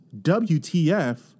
WTF